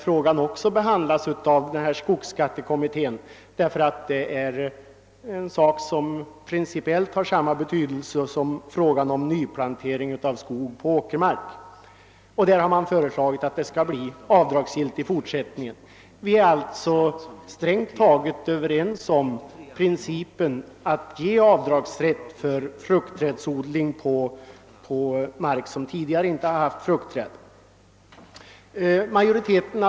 Frågan har i princip behandlats av skogsskattekommittén — den har nämligen samma principiella betydelse som frågan om nyplantering av skog på åkermark, där utredningen föreslagit att rätt till avdrag skall föreligga i fortsättningen. Vi är alltså strängt taget överens om att det skall föreligga avdragsrätt även för plantering av fruktträd på mark som tidigare inte varit planterad med sådana träd.